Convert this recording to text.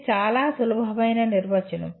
ఇది చాలా సులభమైన నిర్వచనం